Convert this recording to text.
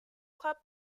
club